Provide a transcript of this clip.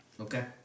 Okay